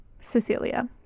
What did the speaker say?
Cecilia